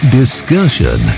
discussion